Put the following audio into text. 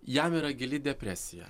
jam yra gili depresija